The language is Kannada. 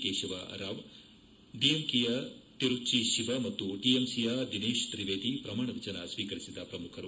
ಕೇಶವರಾವ್ ಡಿಎಂಕೆಯ ತಿರುಭ್ಗಿಶಿವ ಮತ್ತು ಟಿಎಂಸಿಯ ದಿನೇಶ್ ತ್ರಿವೇದಿ ಪ್ರಮಾಣವಚನ ಸ್ವೀಕರಿಸಿದ ಶ್ರಮುಖರು